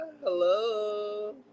Hello